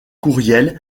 courriel